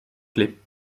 clé